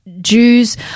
Jews